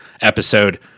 episode